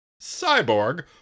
Cyborg